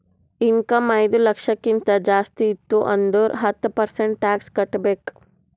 income ಐಯ್ದ ಲಕ್ಷಕ್ಕಿಂತ ಜಾಸ್ತಿ ಇತ್ತು ಅಂದುರ್ ಹತ್ತ ಪರ್ಸೆಂಟ್ ಟ್ಯಾಕ್ಸ್ ಕಟ್ಟಬೇಕ್